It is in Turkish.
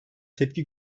tepki